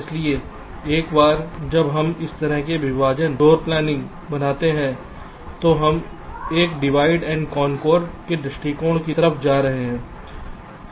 इसलिए एक बार जब हम इस तरह के विभाजन फर्श की योजना बनाते हैं तो हम एक डिवाइड एंड कॉन्कर के दृष्टिकोण की तरह जा रहे हैं